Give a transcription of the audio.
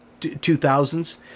2000s